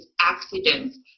accidents